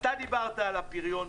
אתה דיברת על הפריון,